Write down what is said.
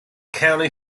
county